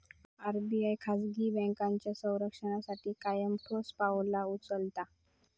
RBI खाजगी बँकांच्या संरक्षणासाठी कायम ठोस पावला उचलता